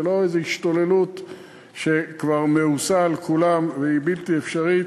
ולא איזה השתוללות שכבר מאוסה על כולם והיא בלתי אפשרית.